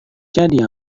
jadi